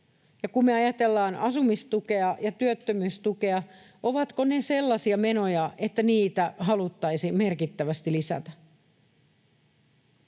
me ajatellaan asumistukea ja työttömyystukea, ovatko ne sellaisia menoja, että niitä haluttaisiin merkittävästi lisätä?